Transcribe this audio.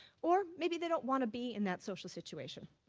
or maybe they don't want to be in that social situation.